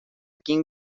quin